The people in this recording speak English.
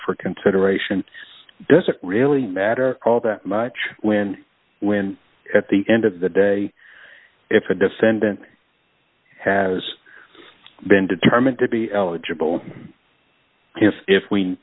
for consideration does it really matter all that much when when at the end of the day if a defendant has been determined to be eligible if we